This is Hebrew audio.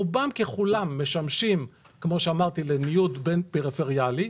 שרובם ככולם משמשים לניוד בין פריפריאלי,